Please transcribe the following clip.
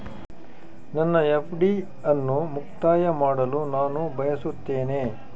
ನನ್ನ ಎಫ್.ಡಿ ಅನ್ನು ಮುಕ್ತಾಯ ಮಾಡಲು ನಾನು ಬಯಸುತ್ತೇನೆ